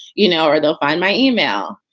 you know, or they'll find my email.